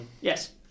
Yes